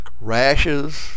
rashes